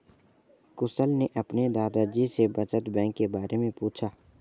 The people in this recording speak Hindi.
कुशल ने अपने दादा जी से बचत बैंक के बारे में पूछा